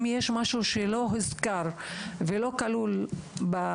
האם יש מישהו שרוצה להעלות נושא שלא הוזכר ושלא נכלל בסיכום?